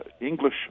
english